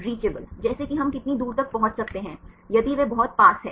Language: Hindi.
रीयाचेबल जैसे कि हम कितनी दूर तक पहुँच सकते हैं यदि वह बहुत पास है